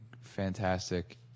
fantastic